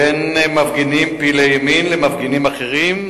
בין מפגינים פעילי הימין למפגינים אחרים,